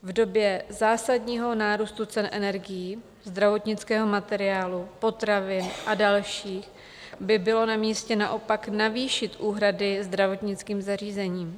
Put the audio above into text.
V době zásadního nárůstu cen energií, zdravotnického materiálu, potravin a dalších by bylo namístě naopak navýšit úhrady zdravotnickým zařízením.